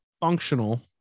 functional